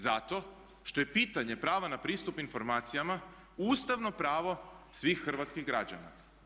Zato što je pitanje prava na pristup informacijama ustavno pravo svih hrvatskih građana.